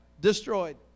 Destroyed